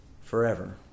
forever